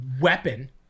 weapon